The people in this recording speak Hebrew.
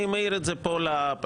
אני מעיר את זה פה לפרוטוקול.